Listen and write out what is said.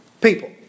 People